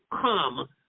come